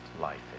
life